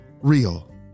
real